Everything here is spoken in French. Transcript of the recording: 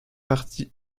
partie